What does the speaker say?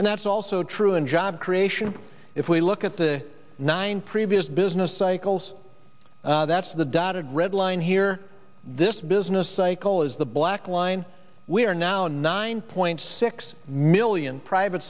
and that's also true in job creation if we look at the nine previous business cycles that's the dotted red line here this business cycle is the black line we are now nine point six million private